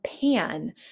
pan